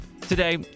Today